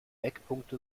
eckpunkte